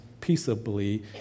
peaceably